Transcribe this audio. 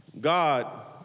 God